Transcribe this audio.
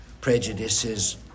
prejudices